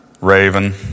Raven